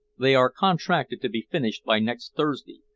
they are contracted to be finished by next thursday,